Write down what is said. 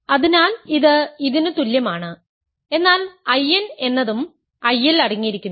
അതിനാൽ ഇത് ഇതിന് തുല്യമാണ് എന്നാൽ I n എന്നതും I ൽ അടങ്ങിയിരിക്കുന്നു